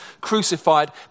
crucified